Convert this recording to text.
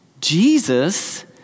Jesus